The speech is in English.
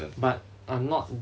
but I'm not